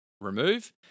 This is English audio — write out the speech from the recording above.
remove